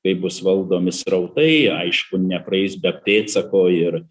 kaip bus valdomi srautai aišku nepraeis be pėdsako ir